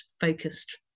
focused